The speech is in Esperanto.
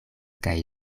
kaj